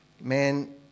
Man